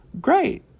great